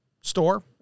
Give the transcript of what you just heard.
store